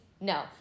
no